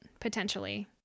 Potentially